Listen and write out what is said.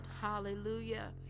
Hallelujah